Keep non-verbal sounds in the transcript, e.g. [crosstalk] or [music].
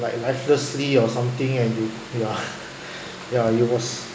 like livelessly or something and you ya [laughs] ya you was